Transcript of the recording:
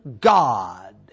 God